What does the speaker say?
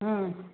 ହୁଁ